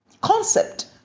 Concept